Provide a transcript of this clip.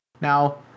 Now